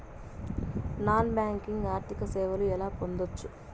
Non banking ఆర్థిక సేవలు ఎలా పొందొచ్చు?